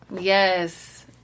yes